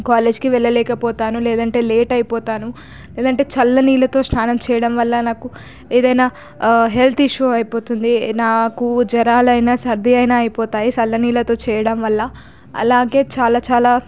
కాలేజీకి వెళ్లలేకపోతాను లేదంటే లేట్ అయిపోతాను లేదంటే చల్ల నీళ్లతో స్నానం చేయడం వల్ల నాకు ఏదైనా హెల్త్ ఇష్యూ అయిపోతుంది నాకు జ్వరాలైన సర్దీ అయినా అయిపోతాయి చల్ల నీళ్లతో చేయడం వల్ల అలాగే చాలా చాలా